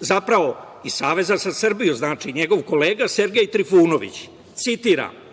zapravo iz Saveza za Srbiju, njegov kolega zapravo Sergej Trifunović. Citiram